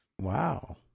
Wow